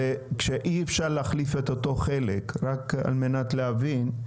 כשאי אפשר להחליף את אותו חלק, רק על מנת להבין,